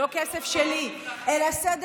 לא כסף שלי, אבל אלה לא מקומות מוזנחים.